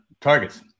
targets